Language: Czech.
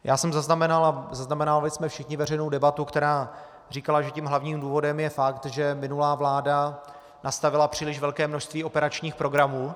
Já jsem zaznamenal a zaznamenávali jsme všichni veřejnou debatu, která říkala, že tím hlavním důvodem je fakt, že minulá vláda nastavila příliš velké množství operačních programů.